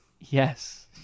Yes